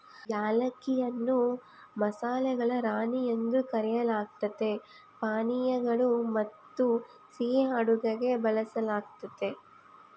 ಏಲಕ್ಕಿಯನ್ನು ಮಸಾಲೆಗಳ ರಾಣಿ ಎಂದು ಕರೆಯಲಾಗ್ತತೆ ಪಾನೀಯಗಳು ಮತ್ತುಸಿಹಿ ಅಡುಗೆಗೆ ಬಳಸಲಾಗ್ತತೆ